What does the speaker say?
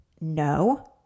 no